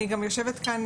אני גם יושבת כאן,